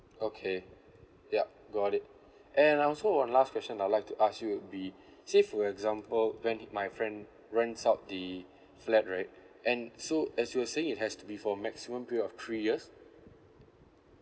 okay yup got it and I also on last question I'd like to ask you would be say for example when my friend rents out the flat right and so as you were saying it has to be for maximum of three years